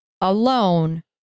alone